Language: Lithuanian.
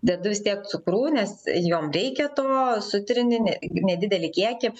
dedu vis tiek cukrų nes jom reikia to sutrini ne nedidelį kiekį